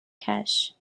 cash